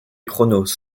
cronos